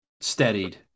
steadied